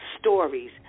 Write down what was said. stories